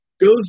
goes